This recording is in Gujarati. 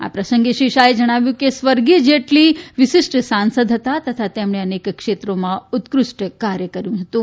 આ પ્રસંગે શ્રી શાહે જણાવ્યું કે સ્વર્ગીય જેટલી વિશિષ્ટ સાંસદ હતા તથા તેમણે અનેક ક્ષેત્રોમાં ઉત્કૃષ્ટ કાર્ય કર્યું હતું